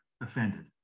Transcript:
offended